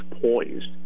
poised